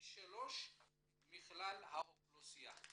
פי 3 מכלל האוכלוסייה.